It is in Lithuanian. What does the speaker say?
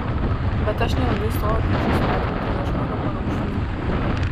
bet aš neilgai stoviu priešais veidrodį ieškodama raukšlių